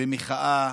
במחאה